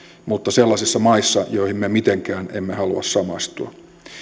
mutta sellaisissa maissa joihin me mitenkään emme halua samaistua